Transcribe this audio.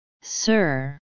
sir